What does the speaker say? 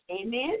Amen